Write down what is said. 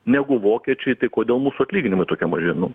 negu vokiečiui tai kodėl mūsų atlyginimai tokie maži nu